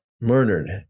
murdered